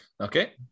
Okay